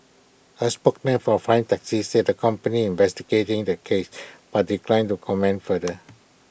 A spokesman for A prime taxi said the company investigating the case but declined to comment further